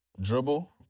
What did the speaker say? Dribble